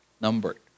numbered